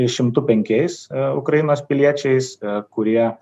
šimtu penkiais ukrainos piliečiais kurie